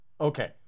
Okay